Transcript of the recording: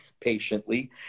patiently